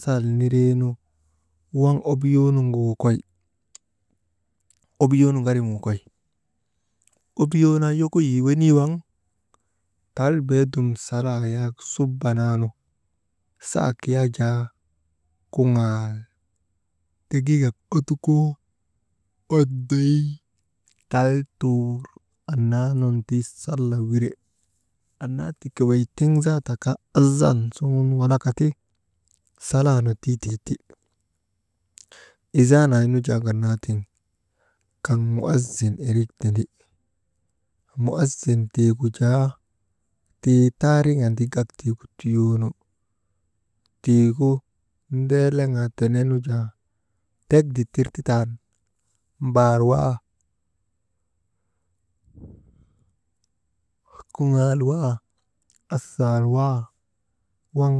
Sal niree nu waŋ obuyoo nuŋgu wokoy, obuyoonu ŋarim wokoy, obuyoo naa yokoyii wenii waŋ tal beedum sala yak suba naa nu, sak yak jaa kuŋaal degiigak ottukoo oddoy tal tuur annaa nun ti sala wire, annaa tika wey tiŋ zaata kaa azan suŋun walaka ti, salaanu tii tee ti, izaanaa nu jaa ŋanaa tiŋ kaŋ muazin irik tindi, muazin tiigu jaa tii taariŋandi gak tiigu tuyoonu, tiigu ndeeleŋaa tenee nu jaa, tek dittir tan mbaar waa, kuŋaal waa, asaal waa waŋ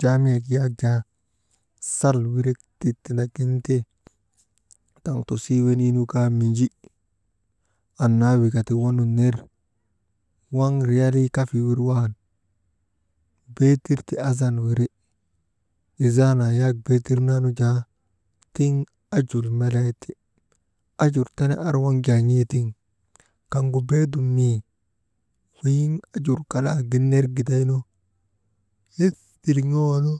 jaamiyek yak jaa, salwirek tik tindagin ti, taŋtusii wenii nu kaa Minji, annaa wika ti waŋ nun ner waŋ riyalii kafawir wan beetir ti azan wiri, izaanaa yak beetir naanu jaa tiŋ ajur meleeti, ajur tene ar waŋ jaa n̰ee tiŋ kaŋgu beedum mii weyiŋ ajur kalaagin ner gidaynu yes turŋoonu.